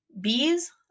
bees